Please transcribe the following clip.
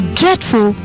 dreadful